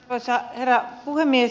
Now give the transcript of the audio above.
arvoisa herra puhemies